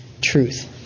truth